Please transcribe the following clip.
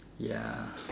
ya